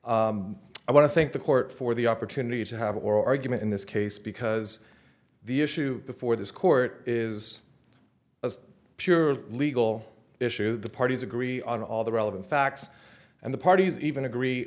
clinic i want to think the court for the opportunity to have oral argument in this case because the issue before this court is a pure legal issue the parties agree on all the relevant facts and the parties even agree